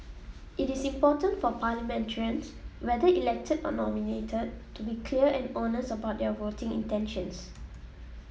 it is important for parliamentarians whether elected or nominated to be clear and honest about their voting intentions